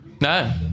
No